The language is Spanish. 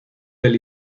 del